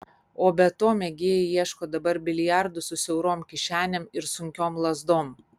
o be to mėgėjai ieško dabar biliardų su siaurom kišenėm ir sunkiom lazdom